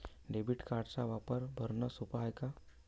Debit कार्डचा वापर भरनं सोप हाय का?